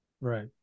Right